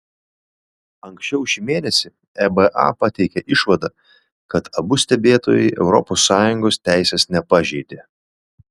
anksčiau šį mėnesį eba pateikė išvadą kad abu stebėtojai europos sąjungos teisės nepažeidė